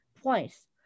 twice